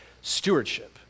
Stewardship